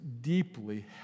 deeply